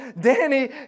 Danny